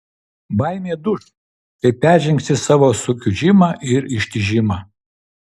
baimė duš kai peržengsi savo sukiužimą ir ištižimą